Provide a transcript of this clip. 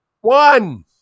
One